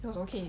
it was okay